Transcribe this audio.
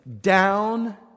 Down